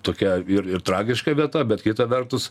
tokia ir ir tragiška vieta bet kita vertus